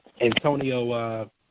Antonio